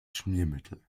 schmiermittel